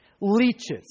Leeches